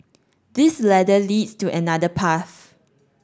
this ladder leads to another path